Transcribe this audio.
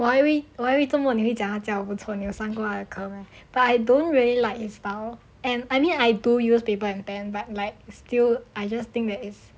我还以为我还以为做什么他教的不错你有上过他的课 meh but I don't really like is about and I mean I do use paper and pen but like still I just think that is